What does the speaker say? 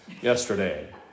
yesterday